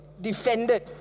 defended